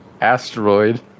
asteroid